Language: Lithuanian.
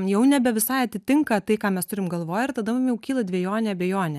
jau nebe visai atitinka tai ką mes turim galvoj ir tada mum jau kyla dvejonė abejonė